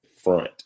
front